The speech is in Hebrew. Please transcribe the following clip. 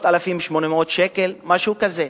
3,800 שקל, משהו כזה.